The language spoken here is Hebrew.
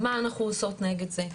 מה אנחנו עושות נגד זה?